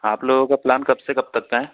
आप लोगों का प्लान कब से कब तक का है